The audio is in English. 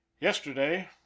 Yesterday